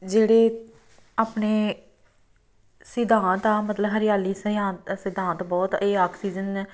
ਜਿਹੜੇ ਆਪਣੇ ਸਿਧਾਂਤ ਆ ਮਤਲਬ ਹਰਿਆਲੀ ਸਯਾਂਤ ਸਿਧਾਂਤ ਬਹੁਤ ਇਹ ਆਕਸੀਜਨ